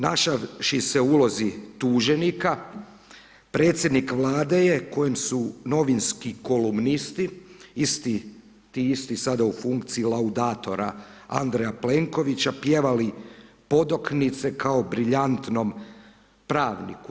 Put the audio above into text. Našavši se u ulozi tuženika, predsjednik Vlade je kojim su novinski kolumnisti ti isti sada u funkciji laudatora Andreja Plenkovića pjevali podoknice kao briljantnom pravniku.